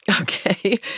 Okay